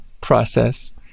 process